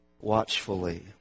watchfully